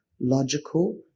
logical